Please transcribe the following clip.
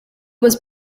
was